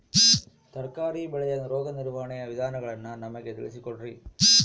ತರಕಾರಿ ಬೆಳೆಯ ರೋಗ ನಿರ್ವಹಣೆಯ ವಿಧಾನಗಳನ್ನು ನಮಗೆ ತಿಳಿಸಿ ಕೊಡ್ರಿ?